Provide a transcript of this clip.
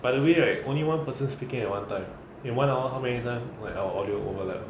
but the way right only one person speaking at one time in one hour amazon when our audio over